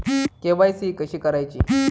KYC कशी करायची?